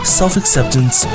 self-acceptance